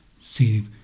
see